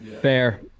fair